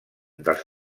dels